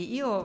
io